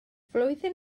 flwyddyn